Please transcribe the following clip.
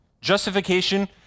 Justification